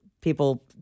people